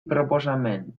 proposamen